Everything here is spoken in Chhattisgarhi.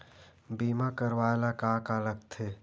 बीमा करवाय ला का का लगथे?